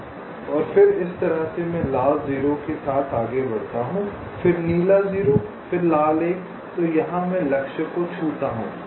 फिर नीला 1 फिर इस तरह मैं लाल 0 आगे बढ़ता हूं फिर नीला 0 फिर लाल 1 तो यहां मैं लक्ष्य को छूता हूं